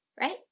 right